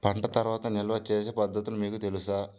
పంట తర్వాత నిల్వ చేసే పద్ధతులు మీకు తెలుసా?